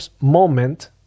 moment